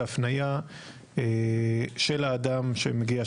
ההפניה של האדם שמגיע,